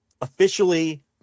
officially